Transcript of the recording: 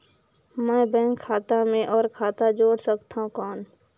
मैं बैंक खाता मे और खाता जोड़ सकथव कौन?